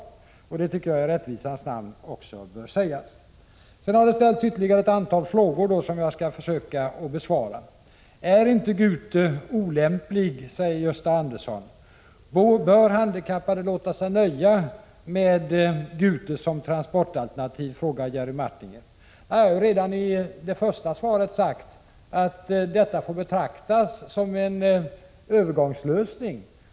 Det tycker jag i rättvisans namn också bör sägas. Det har ställts ytterligare ett antal frågor som jag skall försöka besvara. Är inte Gute olämplig? frågar Gösta Andersson. Bör handikappade låta sig nöja med Gute som transportalternativ? frågar Jerry Martinger. Jag har redan i det första svaret sagt att Gute får betraktas som en övergångslösning.